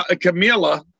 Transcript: Camilla